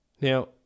Now